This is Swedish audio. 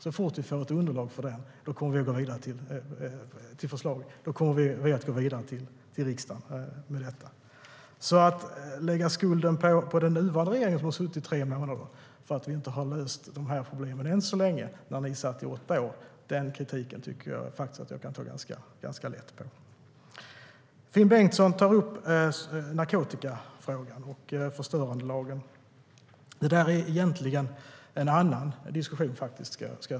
Så fort vi får ett underlag kommer vi att gå vidare med ett förslag till riksdagen. Att lägga skulden på den nuvarande regeringen, som suttit tre månader, för att vi ännu inte löst de här problemen, när den förra regeringen satt i åtta år, tycker jag inte håller. Den kritiken kan jag ta ganska lätt på. Finn Bengtsson tar upp narkotikafrågan och förstörandelagen. Det där är egentligen en annan diskussion.